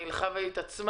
אך היא הלכה והתעצמה,